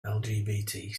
lgbt